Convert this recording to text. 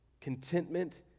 Contentment